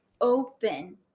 open